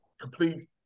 complete